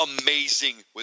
amazing